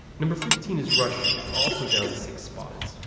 number fifteen is russia, also down six spots.